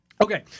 Okay